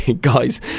guys